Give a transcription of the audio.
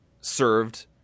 served